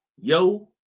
Yo